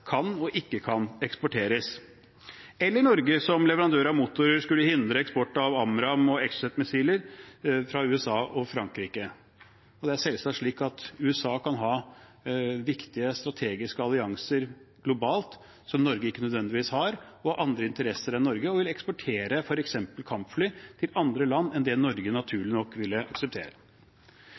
kan og ikke kan eksporteres til, eller at Norge, som leverandør av motorer, skulle hindre eksport av bl.a. AMRAM-missiler fra USA og Frankrike. Det er selvsagt slik at USA kan ha viktige strategiske allianser globalt som Norge ikke nødvendigvis har, og andre interesser enn Norge, og at de vil eksportere f.eks. kampfly til andre land enn det Norge naturlig nok ville akseptere.